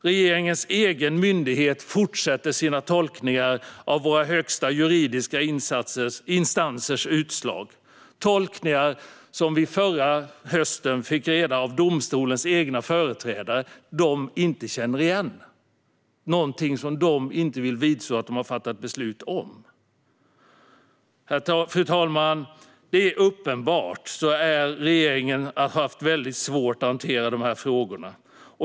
Regeringens egen myndighet fortsätter att göra sina tolkningar av våra högsta juridiska instansers utslag - tolkningar som domstolens egna företrädare inte känner igen. Detta är något som de inte vill vidgå att de har fattat beslut om. Fru talman! Det är uppenbart att regeringen har haft väldigt svårt att hantera de här frågorna.